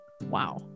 Wow